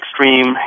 extreme